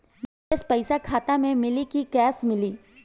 निवेश पइसा खाता में मिली कि कैश मिली?